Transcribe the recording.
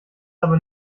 aber